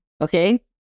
Okay